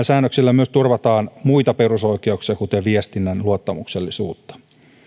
säännöksillä turvataan myös muita perusoikeuksia kuten viestinnän luottamuksellisuutta